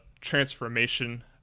transformation